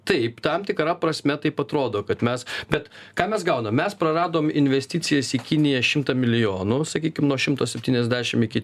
taip tam tikra prasme taip atrodo kad mes bet ką mes gaunam mes praradom investicijas į kiniją šimtą milijonų sakykim nuo šimto septyniasdešim iki